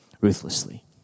ruthlessly